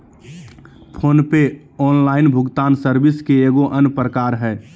phone पे online भुगतान service के एगो अन्य प्रकार हय